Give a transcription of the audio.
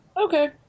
okay